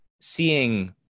seeing